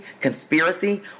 conspiracy